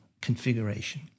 configuration